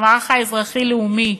המערך האזרחי-לאומי,